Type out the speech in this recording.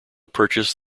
purchased